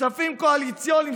כספים קואליציוניים,